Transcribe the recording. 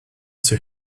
zur